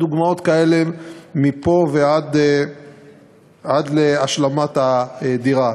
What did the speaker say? ודוגמאות כאלה מפה ועד להשלמת הדירה,